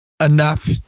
enough